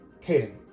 Caden